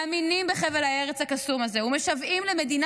מאמינים בחבל הארץ הקסום הזה ומשוועים למדינה